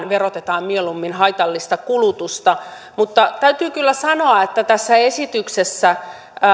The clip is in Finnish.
verotetaan mieluummin haitallista kulutusta mutta täytyy kyllä sanoa että tässä esityksessä